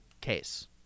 case